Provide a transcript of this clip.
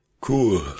Cool